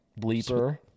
bleeper